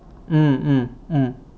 mm mm mm